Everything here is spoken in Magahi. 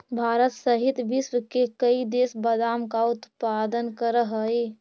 भारत सहित विश्व के कई देश बादाम का उत्पादन करअ हई